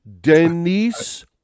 denise